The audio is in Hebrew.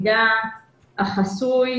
הודעתם שזה הושלם, שהפיתוח הושלם.